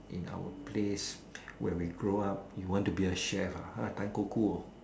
in our place where we grow up you want to be a chef ah